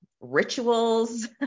rituals